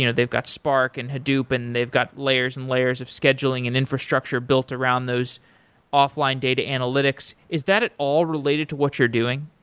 you know they've got spark and hadoop and they've got layers and layers of scheduling and infrastructure built around those offline data analytics. is that at all related to what you're doing?